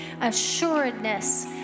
assuredness